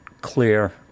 clear